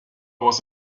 was